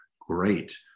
great